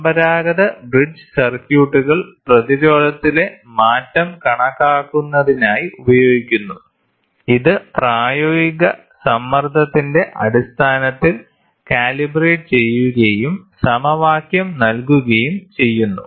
പരമ്പരാഗത ബ്രിഡ്ജ് സർക്യൂട്ടുകൾ പ്രതിരോധത്തിലെ മാറ്റം കണക്കാക്കുന്നതിനായി ഉപയോഗിക്കുന്നു ഇത് പ്രായോഗിക സമ്മർദ്ദത്തിന്റെ അടിസ്ഥാനത്തിൽ കാലിബ്രേറ്റ് ചെയ്യുകയും സമവാക്യം നൽകുകയും ചെയ്യുന്നു